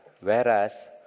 Whereas